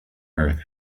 earth